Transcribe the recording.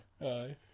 aye